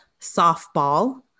Softball